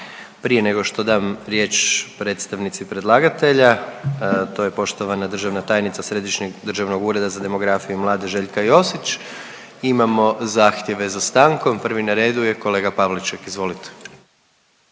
Prije nego što dam riječ predstavnici predlagatelja, to je poštovana državna tajnica Središnjeg državnog ureda za demografiju i mlade Željka Josić imamo zahtjeve za stankom. Prvi na redu je kolega Pavliček, izvolite.